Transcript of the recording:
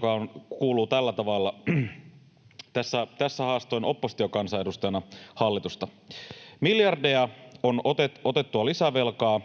joka kuuluu tällä tavalla — tässä haastoin oppositiokansanedustajana hallitusta: ”Miljardeja on otettua lisävelkaa,